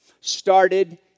started